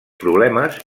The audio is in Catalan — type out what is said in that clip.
problemes